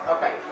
Okay